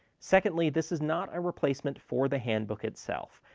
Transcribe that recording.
secondly, this is not a replacement for the handbook itself.